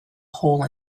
hole